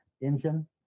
engine